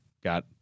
got